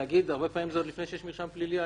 הרבה פעמים העדכון הזה הוא עוד לפני שיש מרשם פלילי.